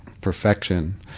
perfection